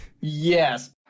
Yes